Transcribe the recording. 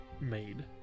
made